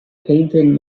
painted